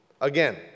Again